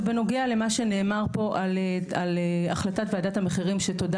בנוגע למה שנאמר פה על החלטת ועדת המחירים - תודה